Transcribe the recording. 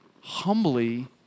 humbly